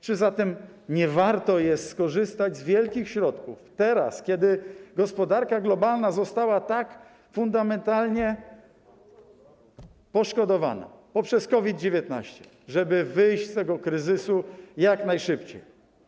Czy zatem nie warto jest skorzystać z wielkich środków teraz, kiedy gospodarka globalna została tak fundamentalnie poszkodowana poprzez COVID-19, żeby wyjść z tego kryzysu jak najszybciej?